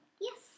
Yes